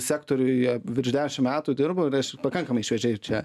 sektoriuje virš dešimt metų dirbau ir esu pakankamai šviežiai čia